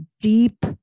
deep